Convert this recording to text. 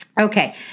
Okay